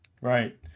Right